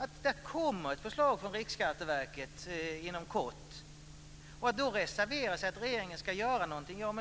att det kommer ett förslag från Riksskatteverket inom kort. Det är inte meningsfullt att då reservera sig för att regeringen ska göra någonting.